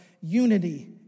unity